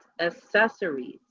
accessories